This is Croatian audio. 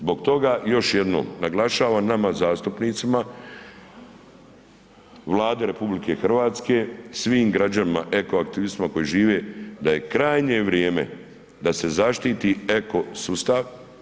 Zbog toga, još jednom naglašavam nama zastupnicima, Vladi RH, svim građanima, eko aktivistima koji žive da je krajnje vrijeme da se zaštiti eko sustav.